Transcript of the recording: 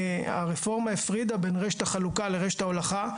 הרפורמה הפרידה בין רשת החלוקה לרשת ההולכה,